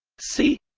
c